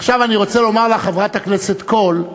עכשיו אני רוצה לומר לך, חברת הכנסת קול,